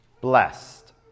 Blessed